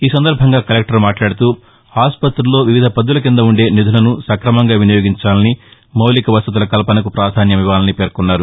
ఈ సందర్బంగా ఆయన మాట్లాడుతూ ఆసుపత్రుల్లో వివిధ పద్గుల కింద ఉండే నిధులను సక్రమంగా వినియోగించాలని మౌలిక వసతుల కల్పనకు ప్రాధాస్యమివ్వాలని పేర్కొన్నారు